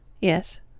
Yes